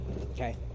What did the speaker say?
okay